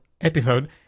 episode